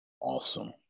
Awesome